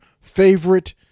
favorite